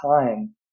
time